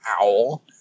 owl